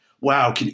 wow